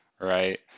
right